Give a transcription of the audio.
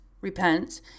repent